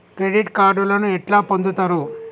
Credit కార్డులను ఎట్లా పొందుతరు?